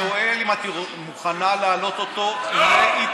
אני שואל אם את מוכנה להעלות אותו להתנצל,